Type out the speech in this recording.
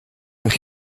and